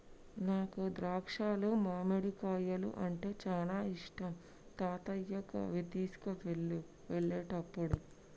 నాకు ద్రాక్షాలు మామిడికాయలు అంటే చానా ఇష్టం తాతయ్యకు అవి తీసుకువెళ్ళు వెళ్ళేటప్పుడు